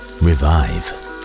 revive